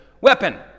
weapon